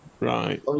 right